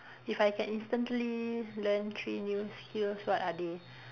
if I can instantly learn three new skills what are they